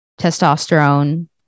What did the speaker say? testosterone